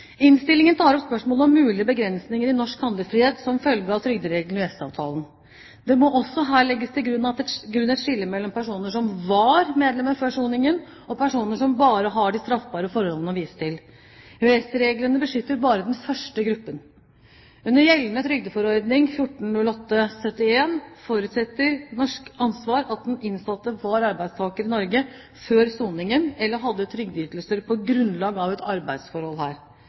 Innstillingen tar opp spørsmålet om mulige begrensninger i norsk handlefrihet som følge av trygdereglene i EØS-avtalen. Det må også her legges til grunn et skille mellom personer som var medlemmer før soningen, og personer som bare har de straffbare forholdene å vise til. EØS-reglene beskytter bare den første gruppen. Under gjeldende trygdeforordning 1408/71 forutsetter norsk ansvar at den innsatte var arbeidstaker i Norge før soningen eller hadde trygdeytelser på grunnlag av et arbeidsforhold her.